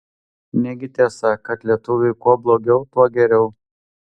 negi tiesa kad lietuviui kuo blogiau tuo geriau